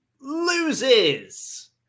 loses